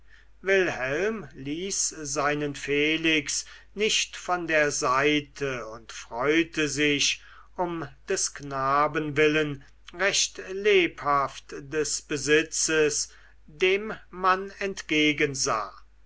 wilhelm ließ seinen felix nicht von der seite und freute sich um des knaben willen recht lebhaft des besitzes dem man entgegensah